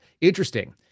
interesting